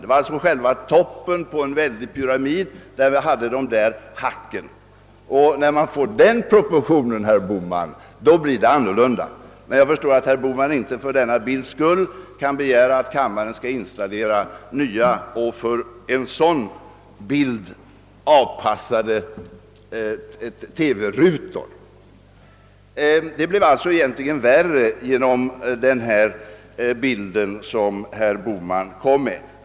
Det var alltså i själva toppen på denna väldiga stapel som de där hacken fanns, och när man får reda på de rätta proportionerna, herr Bohman, blir det annorlunda. Men jag förstår att herr Bohman inte kan begära att kammaren skall installera nya, för sådana här bilder avpassade TV-rutor. Läget blev alltså egentligen värre genom den tablå som herr Bohman visade.